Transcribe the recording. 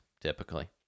typically